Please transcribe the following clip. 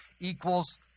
equals